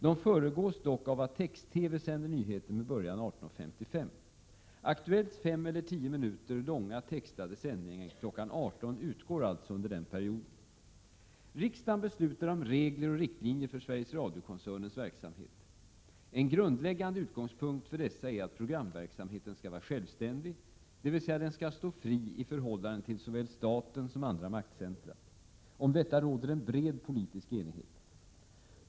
De föregås dock av att Text-TV sänder nyheter med början kl. 18.55. Aktuellts fem eller tio minuter långa, textade sändning kl. 18.00 utgår alltså under denna period. Riksdagen beslutar om regler och riktlinjer för Sveriges Radio-koncernens verksamhet. En grundläggande utgångspunkt för dessa är att programverksamheten skall vara självständig, dvs. den skall stå fri i förhållande till såväl staten som andra maktcentra. Om detta råder en bred politisk enighet.